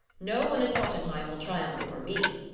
no one in jotunheim will triumph over me.